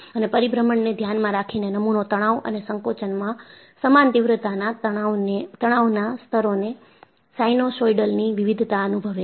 અને પરીભ્રમણને ધ્યાનમાં રાખીને નમૂનો તણાવ અને સંકોચનમાં સમાન તીવ્રતાના તણાવના સ્તરોની સાઇનસૉઇડલની વિવિધતા અનુભવે છે